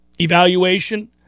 evaluation